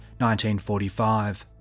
1945